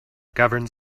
governs